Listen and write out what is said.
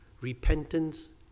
repentance